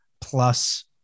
plus